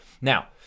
Now